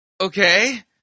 Okay